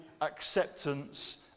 acceptance